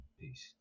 Peace